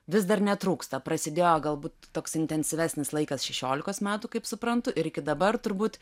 vis dar netrūksta prasidėjo galbūt toks intensyvesnis laikas šešiolikos metų kaip suprantu ir iki dabar turbūt